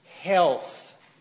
health